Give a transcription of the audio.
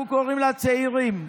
אנחנו קוראים לה "הצעירים".